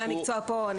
גורמי המקצוע פה.